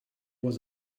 was